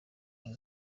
ngo